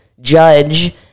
judge